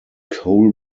coal